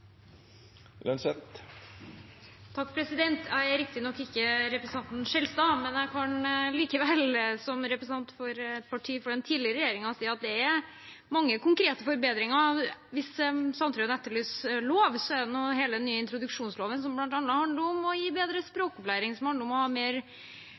Jeg er riktignok ikke representanten Skjelstad, men jeg kan likevel – som representant for et parti i den tidligere regjeringen – si at det er mange konkrete forbedringer. Hvis Per Martin Sandtrøen etterlyser lover, har man den nye introduksjonsloven, som bl.a. handler om å gi bedre